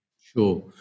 Sure